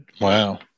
Wow